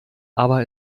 aber